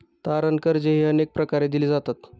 तारण कर्जेही अनेक प्रकारे दिली जातात